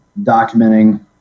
documenting